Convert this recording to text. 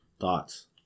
thoughts